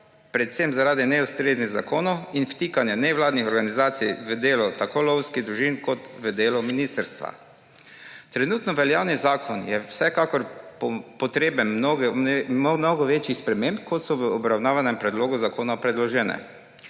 predvsem zaradi neustreznih zakonov in vtikanja nevladnih organizacij v delo tako lovskih družin kot v delo ministrstva. Trenutno veljavni zakon je vsekakor potreben mnogo večjih sprememb, kot so predložene v obravnavanem predlogu zakona. Ne smemo